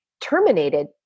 terminated